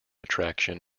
attraction